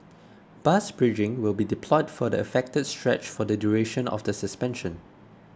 bus bridging will be deployed for the affected stretch for the duration of the suspension